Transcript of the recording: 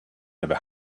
never